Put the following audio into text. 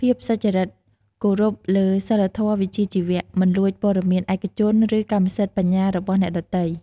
ភាពសុចរិតគោរពលើសីលធម៌វិជ្ជាជីវៈ មិនលួចព័ត៌មានឯកជន ឬកម្មសិទ្ធិបញ្ញារបស់អ្នកដទៃ។